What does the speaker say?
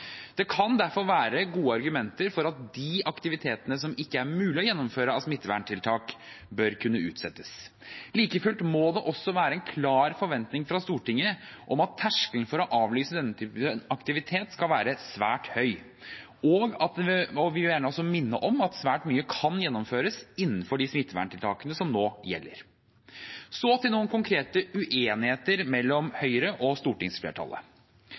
Det kan derfor være gode argumenter for at de aktivitetene som ikke er mulig å gjennomføre av smitteverntiltak, bør kunne utsettes. Like fullt må det også være en klar forventning fra Stortinget om at terskelen for å avlyse denne type aktivitet skal være svært høy. Vi vil gjerne også minne om at svært mye kan gjennomføres innenfor de smitteverntiltakene som nå gjelder. Så til noen konkrete uenigheter mellom Høyre og stortingsflertallet: